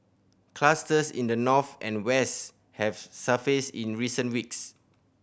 clusters in the north and west have surfaced in recent weeks